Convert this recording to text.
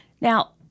Now